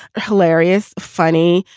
hilarious, funny,